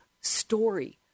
story